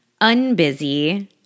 unbusy